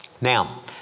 Now